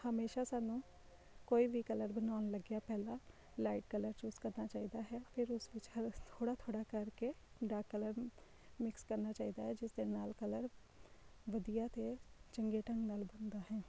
ਹਮੇਸ਼ਾ ਸਾਨੂੰ ਕੋਈ ਵੀ ਕਲਰ ਬਣਾਉਣ ਲੱਗਿਆ ਪਹਿਲਾਂ ਲਾਈਟ ਕਲਰ ਚੂਜ਼ ਕਰਨਾ ਚਾਹੀਦਾ ਹੈ ਫਿਰ ਉਸ ਵਿੱਚ ਥੋੜ੍ਹਾ ਥੋੜ੍ਹਾ ਕਰਕੇ ਡਾਰਕ ਕਲਰ ਮਿਕਸ ਕਰਨਾ ਚਾਹੀਦਾ ਹੈ ਜਿਸ ਦੇ ਨਾਲ ਕਲਰ ਵਧੀਆ ਅਤੇ ਚੰਗੇ ਢੰਗ ਨਾਲ ਬਣਦਾ ਹੈ